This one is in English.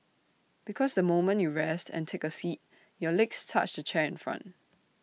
because the moment you rest and take A seat your legs touch the chair in front